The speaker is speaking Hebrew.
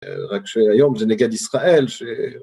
‫רק שהיום זה נגד ישראל ש